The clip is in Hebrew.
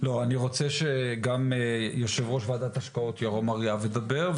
אני רוצה שגם יושב ראש ועדת השקעות ירום אריאב ידבר,